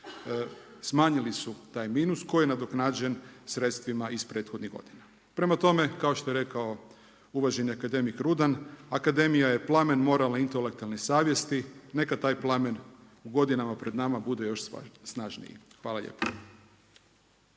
smanjili su taj minus koji je nadoknađen sredstvima iz prethodnih godina. Prema tome, kao što je rekao uvaženi akademik Rudan, akademija je plamen moralne intelektualne savjesti, neka taj plamen u godinama pred nama bude još snažniji. Hvala lijepo.